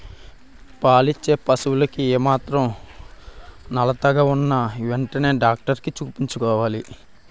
పాలిచ్చే పశువులకు ఏమాత్రం నలతగా ఉన్నా ఎంటనే డాక్టరికి చూపించుకోవాలి